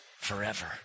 forever